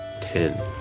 Ten